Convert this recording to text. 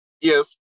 yes